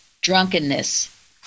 drunkenness